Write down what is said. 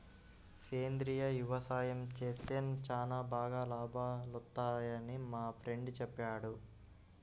సేంద్రియ యవసాయం చేత్తే చానా బాగా లాభాలొత్తన్నయ్యని మా ఫ్రెండు చెప్పాడు